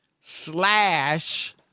slash